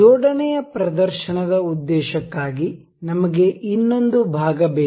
ಜೋಡಣೆಯ ಪ್ರದರ್ಶನದ ಉದ್ದೇಶಕ್ಕಾಗಿ ನಮಗೆ ಇನ್ನೊಂದು ಭಾಗ ಬೇಕು